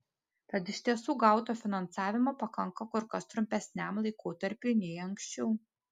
tad iš tiesų gauto finansavimo pakanka kur kas trumpesniam laikotarpiui nei anksčiau